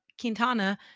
Quintana